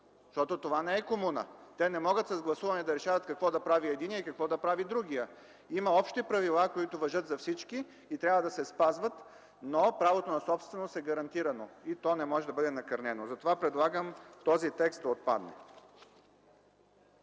защото това не е комуна! Те не могат с гласуване да решават какво да прави единия и какво да прави другия! Има общи правила, които важат за всички и трябва да се спазват, но правото на собственост е гарантирано и то не може да бъде накърнено. Предлагам този текст да отпадне.